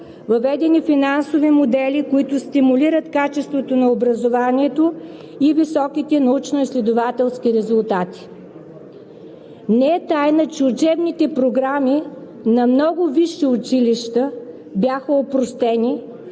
въведени финансови модели, които стимулират качеството на образованието и високите научно-изследователски резултати. Не е тайна, че учебните програми на много висши училища бяха опростени